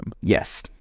Yes